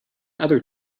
other